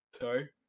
sorry